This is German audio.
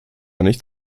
nicht